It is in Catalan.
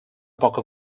poca